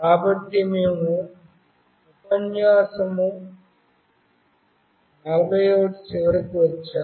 కాబట్టి మేము ఉపన్యాసం 41 చివరికి వచ్చాము